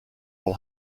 will